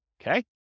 Okay